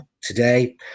today